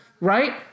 Right